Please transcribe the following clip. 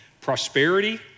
prosperity